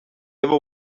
other